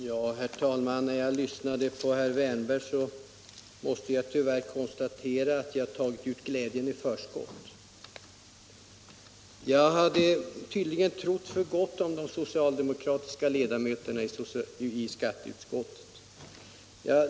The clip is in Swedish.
Herr talman! När jag lyssnade på herr Wärnberg måste jag tyvärr konstatera att jag tagit ut glädjen i förskott. Jag hade tydligen trott för gott om de socialdemokratiska ledamöterna i skatteutskottet.